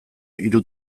hiru